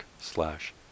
slash